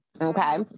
Okay